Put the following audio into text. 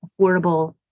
affordable